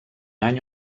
any